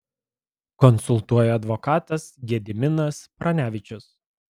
konsultuoja advokatas gediminas pranevičius